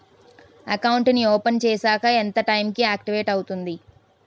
Account నీ open చేశాక ఎంత టైం కి ఆక్టివేట్ అవుతుంది?